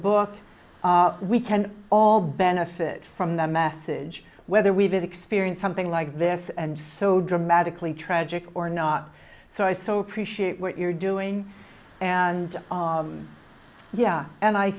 book we can all benefit from the masses whether we've experienced something like this and so dramatically tragic or not so i so appreciate what you're doing and yeah and i